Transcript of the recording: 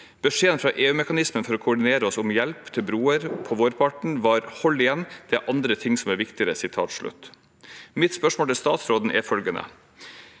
«Beskjeden fra EU-mekanismen for å koordinere oss om hjelp til broer på vårparten var «hold igjen, det er andre ting som er viktigere».» Mitt spørsmål til statsråden er følgende: